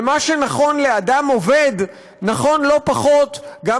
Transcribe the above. ומה שנכון לאדם עובד נכון לא פחות גם